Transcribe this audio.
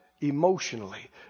emotionally